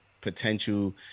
potential